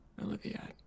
Olivia